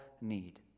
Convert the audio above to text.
need